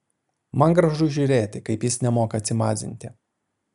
man gražu žiūrėti kaip jis nemoka atsimazinti